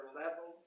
level